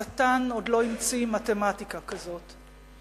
השטן עוד לא המציא מתמטיקה כזאת.